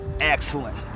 excellent